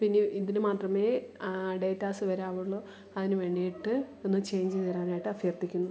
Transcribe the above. പിന്നെ ഇതിനു മാത്രമേ ഡേറ്റാസ് വരാറുള്ളൂ അതിനു വേണ്ടിയിട്ട് ഒന്നു ചെയ്ഞ്ച് ചെയ്ത് തരാനായിട്ട് അഭ്യർത്ഥിക്കുന്നു